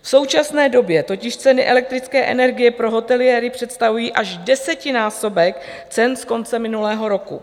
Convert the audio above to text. V současné době totiž ceny elektrické energie pro hoteliéry představují až desetinásobek cen z konce minulého roku.